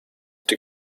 the